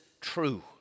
true